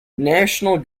national